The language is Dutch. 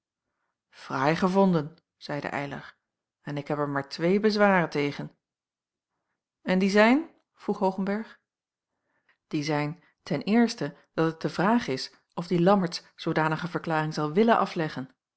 fraai gevonden zeide eylar en ik heb er maar twee bezwaren tegen en die zijn vroeg hoogenberg jacob van ennep laasje evenster ie zijn dat het de vraag is of die lammertsz zoodanige verklaring zal willen o afleggen